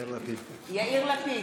יאיר לפיד,